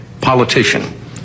politician